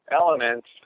elements